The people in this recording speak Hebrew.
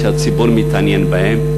שהציבור מתעניין בהם,